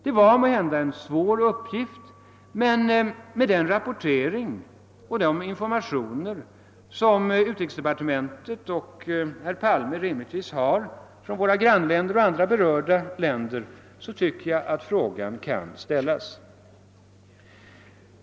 Det var måhända en svår uppgift, men med hänsyn till den rapportering och de informationer som utrikesdepartementet och herr Palme rimligtvis har från våra grannländer och andra berörda länder kan frågan ställas.